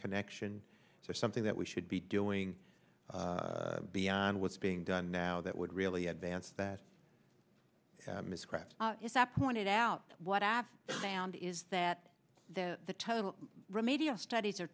connection so something that we should be doing beyond what's being done now that would really advance that craft is that pointed out what i've found is that the total remedial studies are